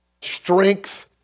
strength